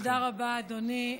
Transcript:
תודה רבה, אדוני.